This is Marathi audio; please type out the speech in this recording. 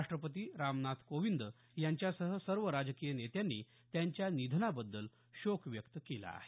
राष्ट्रपती रामनाथ कोविंद यांच्यासह सर्व राजकीय नेत्यांनी त्यांच्या निधनाबद्दल शोक व्यक्त केला आहे